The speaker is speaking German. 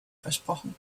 versprochen